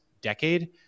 decade –